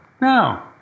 no